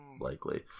likely